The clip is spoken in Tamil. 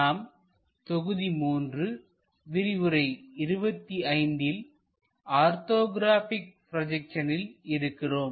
நாம் தொகுதி 3 விரிவுரை 25 ல் ஆர்த்தோகிராபிக் ப்ரோஜெக்சனில் இருக்கிறோம்